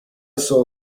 saw